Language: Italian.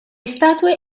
statue